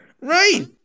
Right